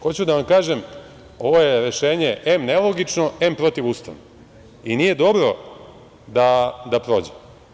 Hoću da vam kažem, ovo je rešenje em nelogično, em protivustavno i nije dobro da prođe.